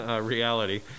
reality